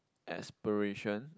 aspiration